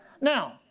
Now